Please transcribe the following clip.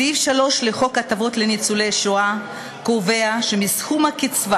סעיף 3 לחוק הטבות לניצולי שואה קובע שמסכום הקצבה